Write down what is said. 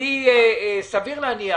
סביר להניח